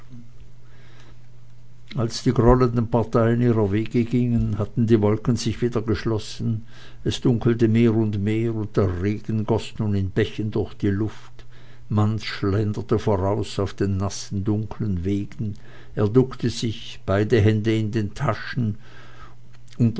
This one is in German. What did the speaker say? als die grollenden parteien ihrer wege gingen hatten die wolken sich wieder geschlossen es dunkelte mehr und mehr und der regen goß nun in bächen durch die luft manz schlenderte voraus auf den dunklen nassen wegen er duckte sich beide hände in den taschen